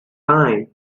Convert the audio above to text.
time